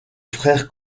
frère